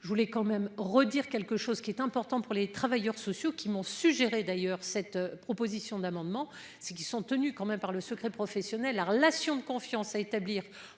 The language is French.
je voulais quand même redire quelque chose qui est important pour les travailleurs sociaux qui m'ont suggéré d'ailleurs cette proposition d'amendement, c'est qu'ils sont tenus quand même par le secret professionnel. La relation de confiance à établir